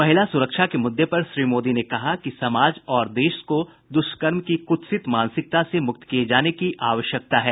महिला सुरक्षा के मुद्दे पर श्री मोदी ने कहा कि समाज और देश को द्ष्कर्म की कृत्सित मानसिकता से मुक्त किए जाने की आवश्यकता है